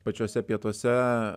pačiuose pietuose